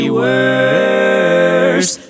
worse